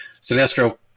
Sinestro